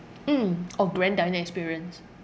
mm orh grand dining experience